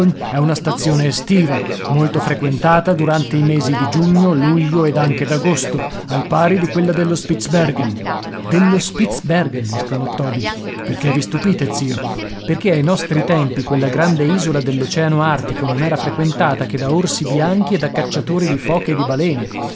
è una stazione estiva molto frequentata durante i mesi di giugno luglio ed anche d'agosto al pari di quella dello spitzbergen dello spitzbergen esclamò toby perché vi stupite zio perché ai nostri tempi quella grande isola dell'oceano artico non era frequentata che da orsi bianchi e da cacciatori di foche e di balene